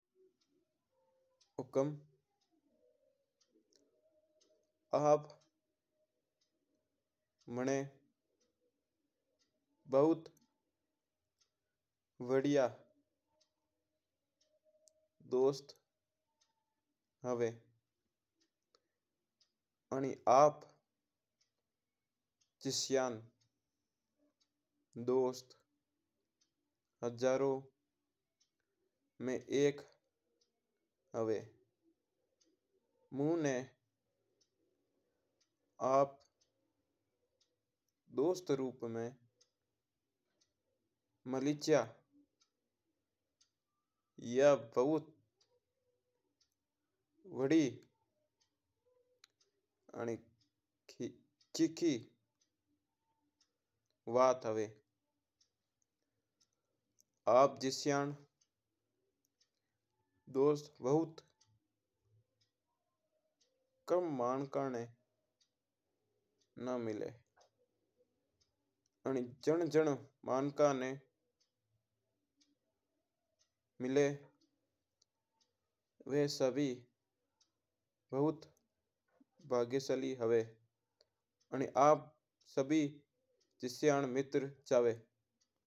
हुकम आप मेरा भुत वदिया दोस्त हुवा। आनी आप जैसीन दोस्त हजारो में एक हुवा। मु ना आप दोस्त रूप में मिलीज्या या वहुत वदी कीकी वात है आप जैसीन्न दोस्त भुत कम्म मिणक ना मिला है। आणाजण्न जड़न मिणक ना मिला वा सभी भुत भाग्यशाली हुवा।